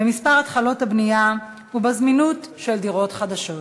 במספר החלטות הבנייה ובזמינות של דירות חדשות.